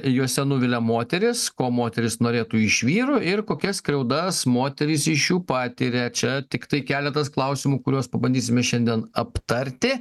juose nuvilia moteris ko moterys norėtų iš vyrų ir kokias skriaudas moterys iš jų patiria čia tiktai keletas klausimų kuriuos pabandysime šiandien aptarti